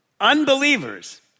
unbelievers